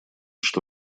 что